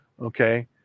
Okay